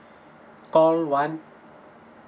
call one